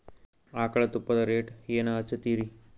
ಆಕಳ ತುಪ್ಪದ ರೇಟ್ ಏನ ಹಚ್ಚತೀರಿ?